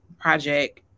project